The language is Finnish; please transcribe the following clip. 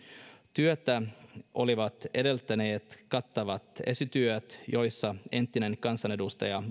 työtä olivat edeltäneet kattavat esityöt joissa entinen kansanedustaja